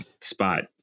spot